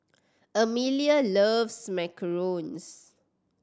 Emilia loves macarons